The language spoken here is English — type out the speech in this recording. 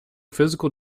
physical